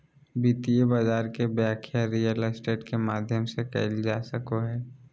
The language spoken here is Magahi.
वित्तीय बाजार के व्याख्या रियल स्टेट के माध्यम से कईल जा सको हइ